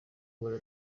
muntu